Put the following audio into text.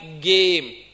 game